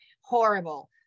horrible